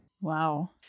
Wow